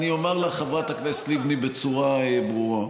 אני אומר לך, חברת הכנסת לבני, בצורה ברורה: